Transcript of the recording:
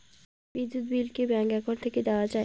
বিদ্যুৎ বিল কি bank account থাকি দেওয়া য়ায়?